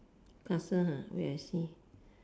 castle ah wait I see ah